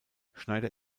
schneider